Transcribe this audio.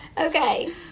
okay